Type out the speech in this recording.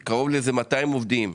קרוב לאיזה 200 עובדים.